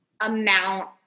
amount